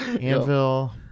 Anvil